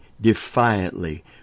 defiantly